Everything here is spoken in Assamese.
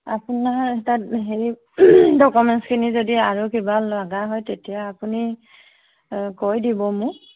আপোনাৰ তাত হেৰি ডকুমেণ্টছখিনি যদি আৰু কিবা লগা হয় তেতিয়া আপুনি কৈ দিব মোক